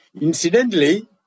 incidentally